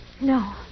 No